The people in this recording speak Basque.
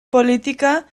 politika